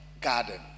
garden